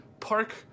park